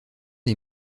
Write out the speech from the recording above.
est